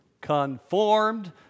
Conformed